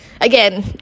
Again